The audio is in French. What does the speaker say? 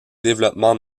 développement